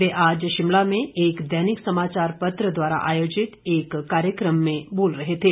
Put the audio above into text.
वे आज शिमला में एक दैनिक समाचार पत्र द्वारा आयोजित एक कार्यक्रम में बोल रहे थे